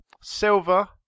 Silver